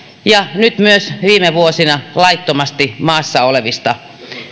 ja nyt myös viime vuosina laittomasti maassa olevista